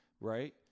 right